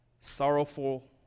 sorrowful